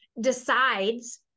decides